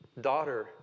daughter